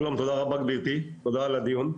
שלום, תודה רבה גברתי, תודה על הדיון.